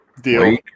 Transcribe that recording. Deal